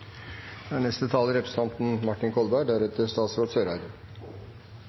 Da er neste taler